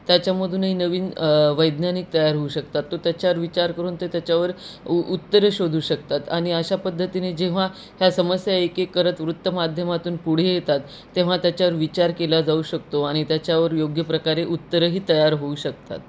त्याच्यामधूनही नवीन वैज्ञानिक तयार होऊ शकतात तो त्याच्यावर विचार करून ते त्याच्यावर उ उत्तरे शोधू शकतात आणि अशा पद्धतीने जेव्हा ह्या समस्या एक एक करत वृत्तमाध्यमातून पुढे येतात तेव्हा त्याच्यावर विचार केला जाऊ शकतो आणित्याच्यावर योग्य प्रकारे उत्तरही तयार होऊ शकतात